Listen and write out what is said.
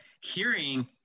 hearing